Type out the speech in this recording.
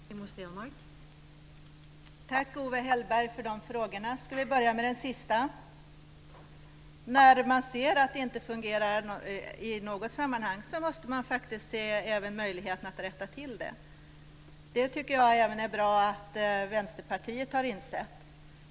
Fru talman! Tack för frågorna, Owe Hellberg. Jag ska börja med den sista. När man ser att det inte fungerar i något sammanhang måste man se även möjligheterna att rätta till det. Jag tycker att det är bra att även Vänsterpartiet har insett det.